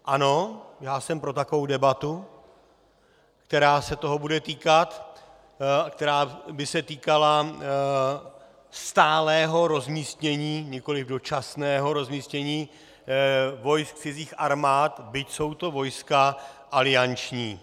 Ano, já jsem pro takovou debatu, která se toho bude týkat a která by se týkala stálého rozmístění, nikoli dočasného rozmístění, vojsk cizích armád, byť jsou to vojska alianční.